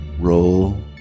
roll